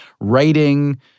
writing